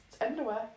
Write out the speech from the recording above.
Underwear